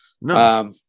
No